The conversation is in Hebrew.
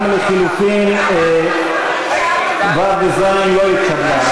גם לחלופין ו' וז' לא התקבלו.